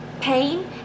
pain